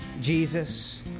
Jesus